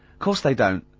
course they don't.